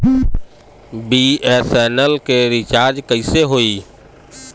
BSNL के recharge कैसे होयी?